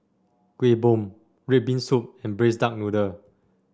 Kueh Bom red bean soup and braise Duck Noodle